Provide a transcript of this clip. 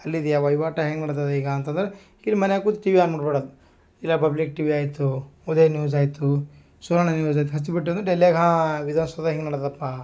ಅಲ್ಲಿದು ವಹಿವಾಟ್ ಹೆಂಗೆ ನಡ್ದಾದ ಈಗ ಅಂತಂದ್ರೆ ಇಲ್ಲಿ ಮನೆಯಾಗ್ ಕೂತು ಟಿವಿ ಆನ್ ಮಾಡ್ಬಿಡೋದ್ ಇಲ್ಲ ಪಬ್ಲಿಕ್ ಟಿವಿ ಆಯಿತು ಉದಯ ನ್ಯೂಸ್ ಆಯಿತು ಸುವರ್ಣ ನ್ಯೂಸ್ ಆಯ್ತು ಹಚ್ಚಿ ಬಿಟ್ಟು ಅಂದ್ರೆ ಡೆಲ್ಲಿಯಾಗ್ ಹಾಂ ವಿಧಾನ ಸೌಧ ಹಿಂಗೆ ನಡ್ದದಪ್ಪಾ